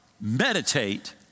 meditate